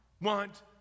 want